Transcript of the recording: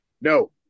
No